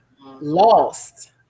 lost